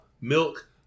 milk